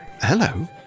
Hello